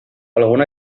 algun